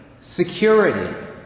security